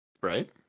Right